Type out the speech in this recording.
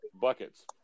Buckets